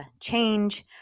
change